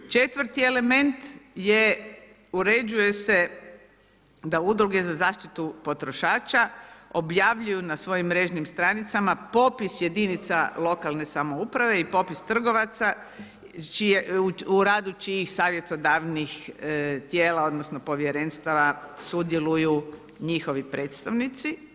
Četvrti element je uređuje se da udruge za zaštitu potrošača objavljuju na svojim mrežnim stranicama popis jedinice lokalne samouprave i popis trgovaca u radu čijih savjetodavnih tijela odnosno povjerenstava sudjeluju njihovi predstavnici.